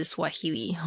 Swahili